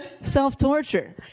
self-torture